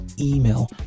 email